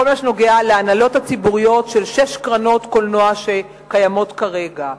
בכל מה שנוגע להנהלות הציבוריות של שש קרנות קולנוע שקיימות כרגע,